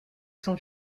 son